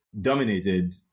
dominated